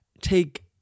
take